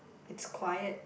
it's quiet